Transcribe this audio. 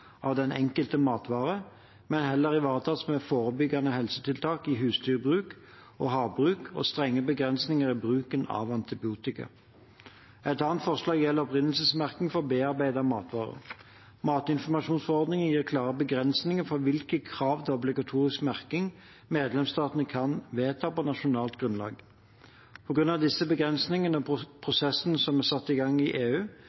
av den enkelte matvare, men heller ivaretas ved forebyggende helsetiltak i husdyrbruk og havbruk og strenge begrensninger i bruken av antibiotika. Et annet forslag gjelder opprinnelsesmerking for bearbeidede matvarer. Matinformasjonsforordningen gir klare begrensninger for hvilke krav til obligatorisk merking medlemsstatene kan vedta på nasjonalt grunnlag. På grunn av disse begrensningene og prosessen som er satt i gang i EU,